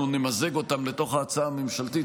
אנחנו נמזג אותן לתוך ההצעה הממשלתית